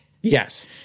Yes